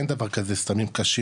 אין דבר כזה סמים קשים,